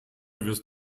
wirst